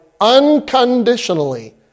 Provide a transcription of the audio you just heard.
unconditionally